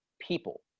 people